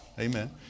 Amen